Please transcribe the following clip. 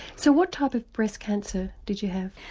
so what type of breast cancer did you have?